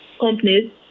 companies